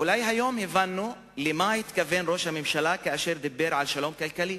אולי היום הבנו למה התכוון ראש הממשלה כאשר דיבר על שלום כלכלי.